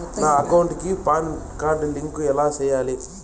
నా అకౌంట్ కి PAN card link ఎలా సేయాలి